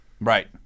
Right